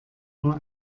nur